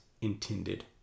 intended